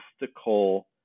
mystical